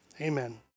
Amen